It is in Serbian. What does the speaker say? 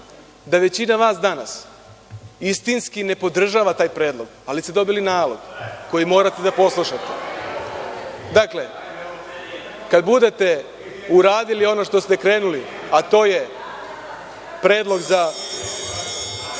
da većina vas danas istinski ne podržava taj predlog, ali ste dobili nalog koji morate da poslušate. Dakle, kada budete uradili ono što ste krenuli, a to je predlog za